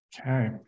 Okay